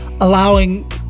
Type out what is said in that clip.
allowing